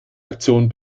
aktion